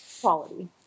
Quality